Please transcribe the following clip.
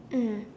mm